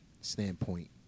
standpoint